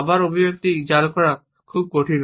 আবার এই অভিব্যক্তি নকল করা খুব কঠিন